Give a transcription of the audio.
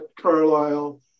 Carlisle